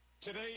Today